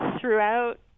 throughout